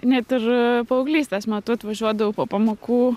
net ir paauglystės metu atvažiuodavau po pamokų